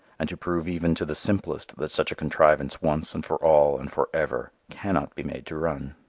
and to prove even to the simplest that such a contrivance once and for all and for ever cannot be made to run.